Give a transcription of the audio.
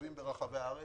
מתוקשבים ברחבי הארץ.